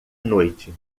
noite